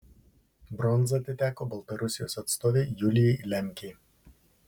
bronza atiteko baltarusijos atstovei julijai lemkei